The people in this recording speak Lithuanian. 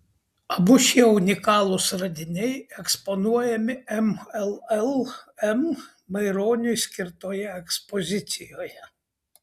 abu šie unikalūs radiniai eksponuojami mllm maironiui skirtoje ekspozicijoje